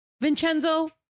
Vincenzo